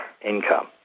income